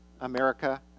America